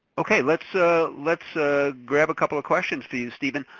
okay, let's ah let's ah grab a couple of questions for you steven.